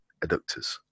adductors